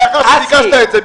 לאחר שביקשת את זה,